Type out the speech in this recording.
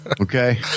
okay